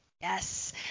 Yes